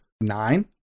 Nine